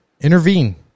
intervene